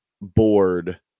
board